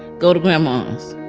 go to grandma's.